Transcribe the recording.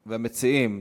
ולמציע.